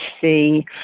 see